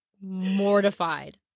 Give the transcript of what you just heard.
mortified